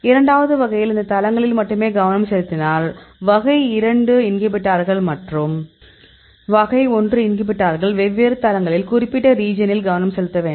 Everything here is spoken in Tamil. இரண்டாவது வகையில் இந்த தளங்களில் மட்டுமே கவனம் செலுத்தினால் வகை 2 இன்ஹிபிட்டார்கள் மற்றும் வகை 1 இன்ஹிபிட்டார்கள் வெவ்வேறு தளங்களில் அந்த குறிப்பிட்ட ரீஜியனில் கவனம் செலுத்த வேண்டும்